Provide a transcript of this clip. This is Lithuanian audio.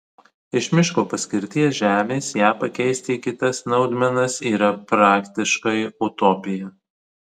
iš miško paskirties žemės ją pakeisti į kitas naudmenas yra praktiškai utopija